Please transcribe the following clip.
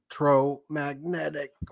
electromagnetic